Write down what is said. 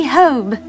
home